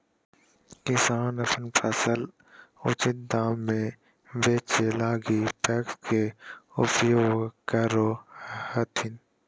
किसान अपन फसल उचित दाम में बेचै लगी पेक्स के उपयोग करो हथिन